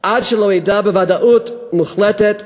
עד שלא אדע בוודאות מוחלטת ש"זוגלובק"